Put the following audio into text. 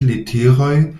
leteroj